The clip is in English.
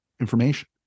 information